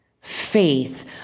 faith